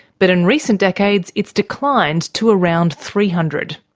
but in recent decades it's declined to around three hundred.